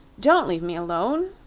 don't leave me alone,